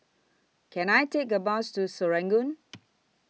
Can I Take A Bus to Serangoon